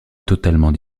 totalement